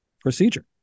procedure